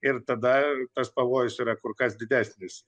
ir tada tas pavojus yra kur kas didesnis